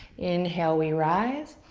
inhale, we rise.